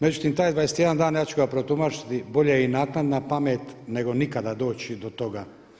Međutim, taj 21 dan ja ću ga protumačiti bolje i naknadna pamet nego nikada doći do toga.